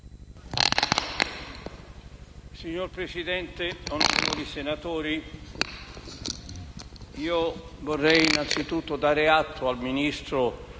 Signor Presidente, onorevoli senatori, vorrei anzitutto dare atto al Ministro